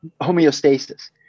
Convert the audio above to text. homeostasis